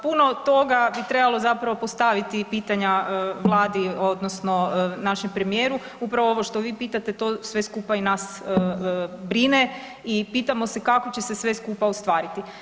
Puno toga bi trebalo zapravo postaviti pitanja Vladi odnosno našem premijeru, upravo ovo što vi pitate to sve skupa i nas brine i pitamo se kako će se sve skupa ostvariti.